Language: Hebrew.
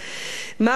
מר נתניהו,